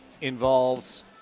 involves